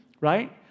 right